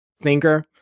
thinker